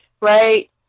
right